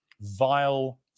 vile